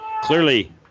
Clearly